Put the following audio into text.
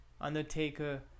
Undertaker